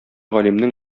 галимнең